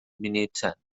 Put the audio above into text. minuten